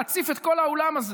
להציף את כל האולם הזה.